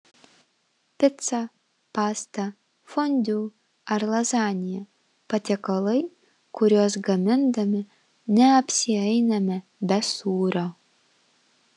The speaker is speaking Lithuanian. pica pasta fondiu ar lazanija patiekalai kuriuos gamindami neapsieiname be sūrio